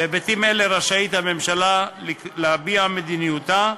בהיבטים אלה רשאית הממשלה להביע מדיניותה,